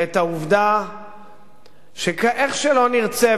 ואת העובדה שאיך שלא נרצה,